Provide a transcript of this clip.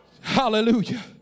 Hallelujah